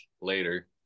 later